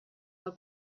del